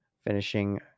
finishing